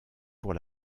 pour